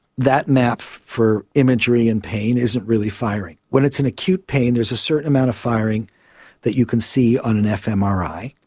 that map for imagery and pain isn't really firing. when it's in acute pain there is a certain amount of firing that you can see on an fmri.